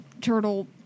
turtle